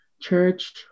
church